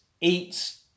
eats